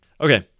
Okay